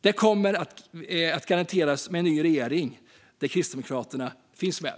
Den kommer att garanteras med en ny regering där Kristdemokraterna finns med.